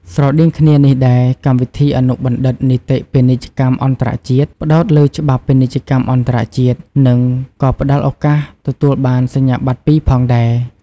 ស្រដៀងគ្នានេះដែរកម្មវិធីអនុបណ្ឌិតនីតិពាណិជ្ជកម្មអន្តរជាតិ ផ្តោតលើច្បាប់ពាណិជ្ជកម្មអន្តរជាតិ និងក៏ផ្តល់ឱកាសទទួលបានសញ្ញាបត្រពីរផងដែរ។